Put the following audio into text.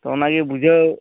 ᱛᱚ ᱚᱱᱟ ᱜᱮ ᱵᱩᱡᱷᱟᱹᱣ